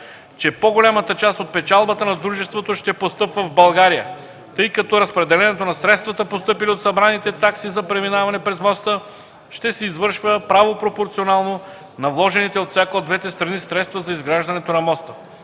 че по-голямата част от печалбата на дружеството ще постъпва в България, тъй като разпределението на средствата, постъпили от събраните такси за преминаване през моста, ще се извършва правопропорционално на вложените от всяка от двете страни средства за изграждане на моста.